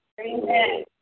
Amen